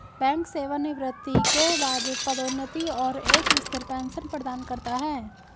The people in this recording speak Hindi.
बैंक सेवानिवृत्ति के बाद पदोन्नति और एक स्थिर पेंशन प्रदान करता है